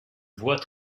voix